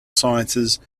sciences